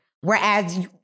Whereas